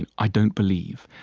and i don't believe,